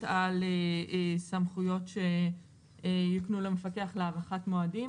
על סמכויות שיוקנו למפקח להארכת מועדים.